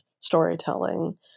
storytelling